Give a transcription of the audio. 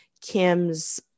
Kim's